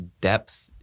depth